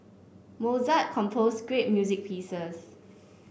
Mozart composed great music pieces